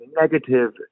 negative